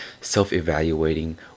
self-evaluating